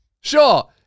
Sure